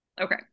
Okay